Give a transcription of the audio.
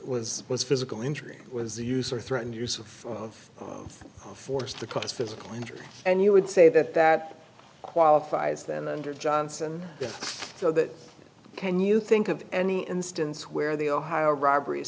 was was physical injury was the use or threatened use of force of force to cause physical injury and you would say that that qualifies then under johnson so that can you think of any instance where the ohio robber